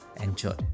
Enjoy